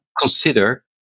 consider